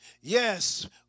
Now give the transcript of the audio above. Yes